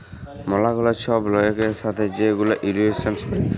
ম্যালা গুলা ছব লয়কের ছাথে যে গুলা ইলসুরেল্স ক্যরে